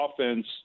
offense